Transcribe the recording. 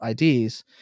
IDs